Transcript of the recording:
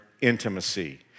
intimacy